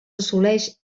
assoleix